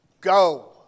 go